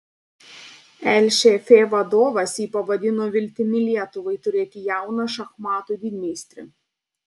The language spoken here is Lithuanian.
lšf vadovas jį pavadino viltimi lietuvai turėti jauną šachmatų didmeistrį